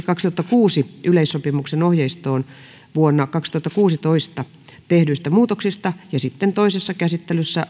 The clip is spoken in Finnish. kaksituhattakuusi yleissopimuksen ohjeistoon vuonna kaksituhattakuusitoista tehdyistä muutoksista ja sitten toisessa käsittelyssä